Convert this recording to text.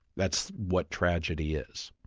that's what tragedy is.